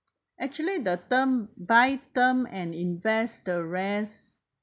actually the term buy term and invest the rest